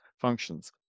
functions